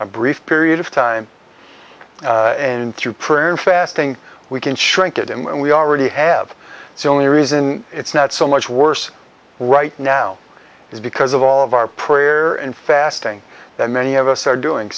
a brief period of time and through prayer and fasting we can shrink it and we already have so many reason it's not so much worse right now is because of all of our prayer and fasting that many of us are doing